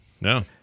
No